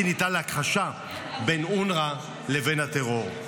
ניתן להכחשה בין אונר"א לבין הטרור.